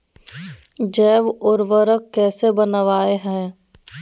जैव उर्वरक कैसे वनवय हैय?